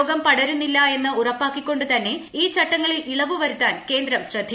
രോഗം പടരുന്നില്ല എന്ന് ഉറപ്പാക്കിക്കൊണ്ട് തന്നെ ഈ ചട്ടങ്ങളിൽ ഇളവുവരുത്താൻ കേന്ദ്രം ശ്രദ്ധിക്കണം